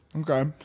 Okay